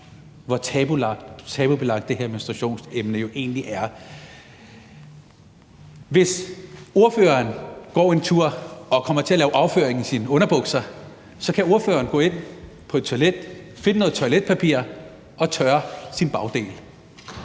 hvor tabubelagt det her menstruationsemne egentlig er. Hvis ordføreren går en tur og kommer til at lave afføring i sine underbukser, kan ordføreren gå ind på et toilet, finde noget toiletpapir og tørre sin bagdel.